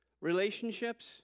relationships